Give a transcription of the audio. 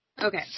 Okay